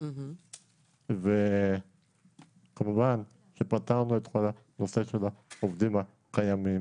זו פעם ראשונה שיש פה איזשהו שיח אמיתי,